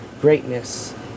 greatness